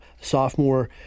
sophomore